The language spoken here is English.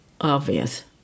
obvious